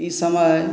ई समय